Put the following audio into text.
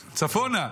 צפונה,